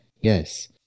yes